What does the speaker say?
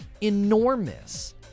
enormous